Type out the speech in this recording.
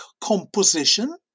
composition